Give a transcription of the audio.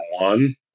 one